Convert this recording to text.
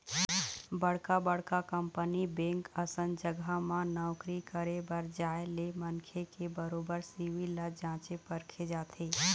बड़का बड़का company bank असन जघा म नौकरी करे बर जाय ले मनखे के बरोबर सिविल ल जाँचे परखे जाथे